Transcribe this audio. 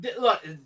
Look